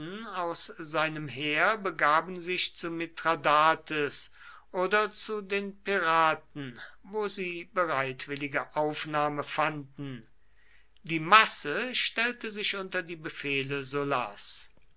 aus seinem heer begaben sich zu mithradates oder zu den piraten wo sie bereitwillige aufnahme fanden die masse stellte sich unter die befehle sullas